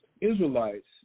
Israelites